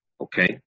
okay